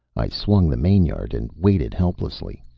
i swung the mainyard and waited helplessly.